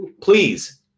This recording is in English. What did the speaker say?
Please